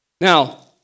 Now